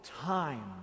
time